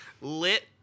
lit